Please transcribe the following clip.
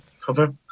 cover